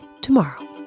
tomorrow